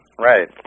Right